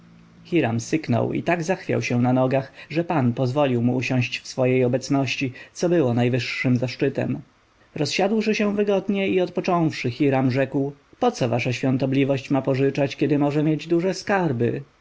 hiram syknął i tak zachwiał się na nogach że pan pozwolił mu usiąść w swojej obecności co było najwyższym zaszczytem rozsiadłszy się wygodnie i odpocząwszy hiram rzekł poco wasza świątobliwość ma pożyczać kiedy może mieć duże skarby